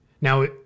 Now